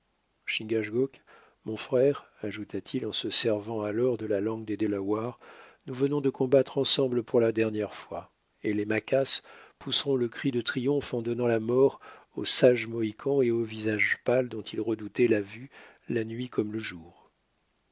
mon frère ajouta-t-il en se servant alors de la langue des delawares nous venons de combattre ensemble pour la dernière fois et les maquas pousseront le cri de triomphe en donnant la mort au sage mohican et au visagepâle dont ils redoutaient la vue la nuit comme le jour